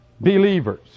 believers